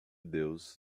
deus